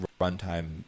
runtime